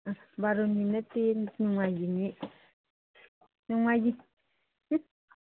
ꯕꯥꯔꯨꯅꯤ ꯅꯠꯇꯦ ꯅꯣꯡꯃꯥꯏꯖꯤꯡꯅꯤ ꯅꯣꯡꯃꯥꯏꯖꯤꯡ